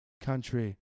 country